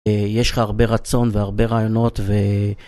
יש לך הרבה רצון והרבה רעיונות ו...